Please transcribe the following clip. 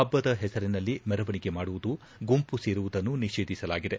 ಹಬ್ಬದ ಹೆಸರಿನಲ್ಲಿ ಮೆರವಣಿಗೆ ಮಾಡುವುದು ಗುಂಪು ಸೇರುವುದನ್ನು ನಿಷೇಧಿಸಲಾಗಿದೆ